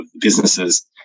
businesses